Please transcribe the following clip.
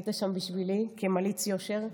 היית שם בשבילי כמליץ יושר,